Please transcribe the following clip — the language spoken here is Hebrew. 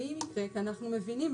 ועם זה שאנחנו מבינים,